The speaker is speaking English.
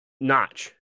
notch